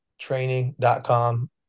training.com